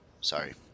Sorry